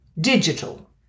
Digital